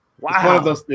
Wow